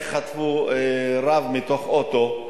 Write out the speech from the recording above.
איך חטפו רב מתוך אוטו,